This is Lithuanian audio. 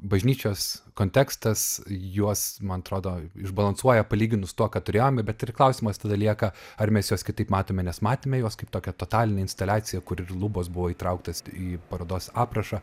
bažnyčios kontekstas juos man atrodo išbalansuoja palyginus tuo kad turėjome bet ir klausimas tada lieka ar mes juos kitaip matome nes matėme juos kaip tokią totalinę instaliaciją kur ir lubos buvo įtrauktos į parodos aprašą